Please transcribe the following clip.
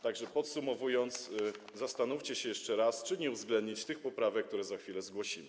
Tak że podsumowując: zastanówcie się jeszcze raz, czy nie uwzględnić tych poprawek, które za chwilę zgłosimy.